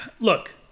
look